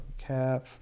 cap